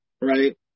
right